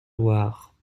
loire